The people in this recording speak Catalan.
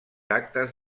actes